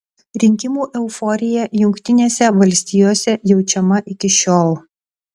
rinkimų euforija jungtinėse valstijose jaučiama iki šiol